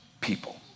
people